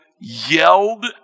yelled